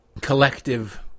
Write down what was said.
collective